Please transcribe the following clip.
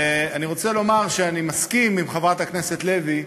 אני רוצה לומר שאני מסכים עם חברת הכנסת לוי,